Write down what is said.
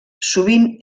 sovint